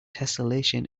tesselation